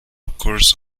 occurs